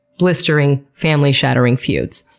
blistering, family-shattering feuds.